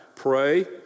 pray